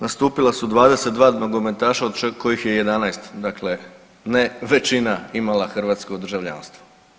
Nastupila su 22 nogometaša od kojih je 11 dakle, ne većina imala hrvatsko državljanstvo.